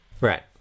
Right